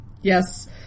Yes